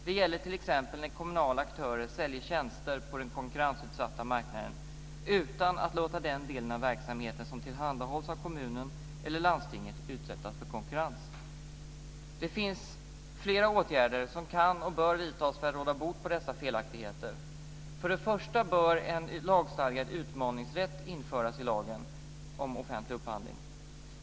Det gäller t.ex. när kommunala aktörer säljer tjänster på den konkurrensutsatta marknaden utan att låta den del av verksamheten som tillhandahålls av kommunen eller landstinget utsättas för konkurrens. Det finns flera åtgärder som kan och bör vidtas för att råda bot på dessa felaktigheter. Först och främst bör en lagstadgad utmaningsrätt införas i lagen om offentlig upphandling.